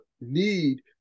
need